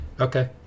Okay